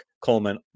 Coleman